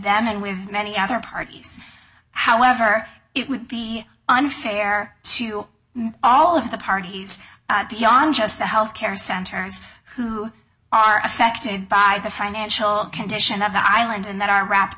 them and with many other parties however it would be unfair to all of the parties beyond just the health care centers who are affected by the financial condition of the island and that are wrapped